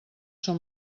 són